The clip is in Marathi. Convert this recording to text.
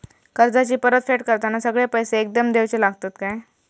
कर्जाची परत फेड करताना सगळे पैसे एकदम देवचे लागतत काय?